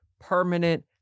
permanent